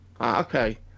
Okay